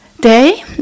day